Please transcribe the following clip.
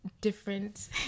different